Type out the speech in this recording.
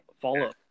follow